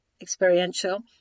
experiential